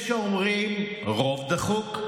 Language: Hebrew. יש האומרים: רוב דחוק,